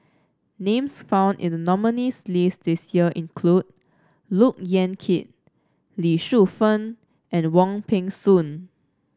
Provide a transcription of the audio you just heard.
names found in the nominees' list this year include Look Yan Kit Lee Shu Fen and Wong Peng Soon